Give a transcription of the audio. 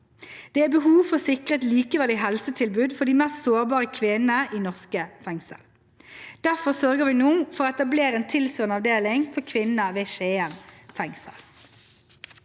Det er behov for å sikre et likeverdig helsetilbud for de mest sårbare kvinnene i norske fengsel. Derfor sørger vi nå for å etablere en tilsvarende avdeling for kvinner ved Skien fengsel.